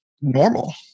normal